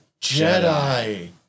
Jedi